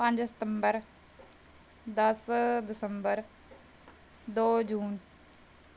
ਪੰਜ ਸਤੰਬਰ ਦਸ ਦਸੰਬਰ ਦੋ ਜੂਨ